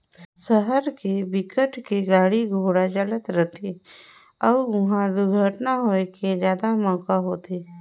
सहर के बिकट के गाड़ी घोड़ा चलत रथे अउ इहा दुरघटना होए के जादा मउका होथे